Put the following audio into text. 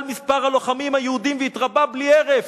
מספר הלוחמים היהודים והתרבה בלי הרף"